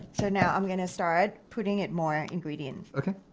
so now i'm going to start putting it more ingredients and